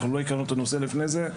אנחנו לא הכרנו את הנושא לפני זה.